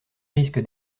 risque